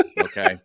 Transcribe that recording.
okay